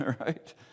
right